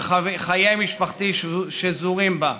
וחיי משפחתי שזורים בה.